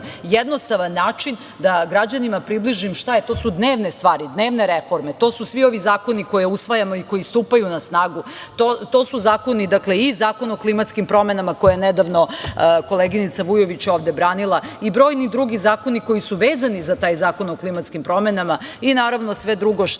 jednostavan način da građanima približim. To su dnevne stvari, dnevne reforme. To su svi ovi zakoni koje usvajamo i koji stupaju na snagu. To je i Zakon o klimatskim promenama koji je nedavno koleginica Vujović ovde branila i brojni drugi zakoni koji su vezani za taj Zakon o klimatskim promenama i naravno sve drugo.